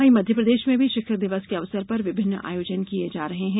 वहीं मध्यप्रदेश में भी शिक्षक दिवस के अवसर पर विभिन्न आयोजन किये जा रहे हैं